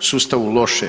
sustavu loše.